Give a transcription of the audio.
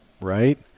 Right